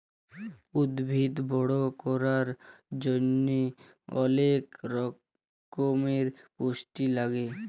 উদ্ভিদ বড় ক্যরার জন্হে অলেক রক্যমের পুষ্টি লাগে